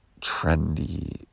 trendy